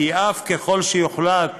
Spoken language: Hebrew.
כי ככל שיוחלט